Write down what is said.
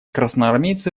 красноармейцы